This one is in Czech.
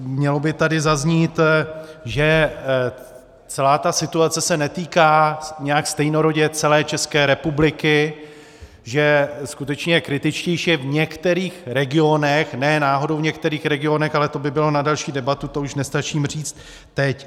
Mělo by tady zaznít, že celá ta situace se netýká nějak stejnorodě celé České republiky, že skutečně kritičtěji je v některých regionech, ne náhodou v některých regionech, ale to by bylo na další debatu, to už nestačím říct teď.